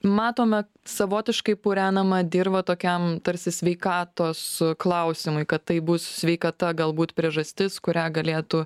matome savotiškai purenamą dirvą tokiam tarsi sveikatos klausimui kad tai bus sveikata galbūt priežastis kurią galėtų